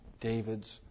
David's